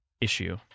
issue